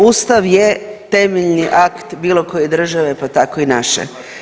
Ustav je temeljni akt bilo koje države, pa tako i naše.